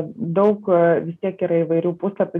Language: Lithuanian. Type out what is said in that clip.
daug vis tiek yra įvairių puslapių